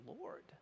Lord